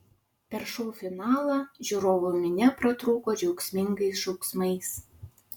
per šou finalą žiūrovų minia pratrūko džiaugsmingais šauksmais